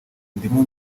ndimo